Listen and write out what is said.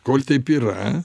kol taip yra